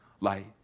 light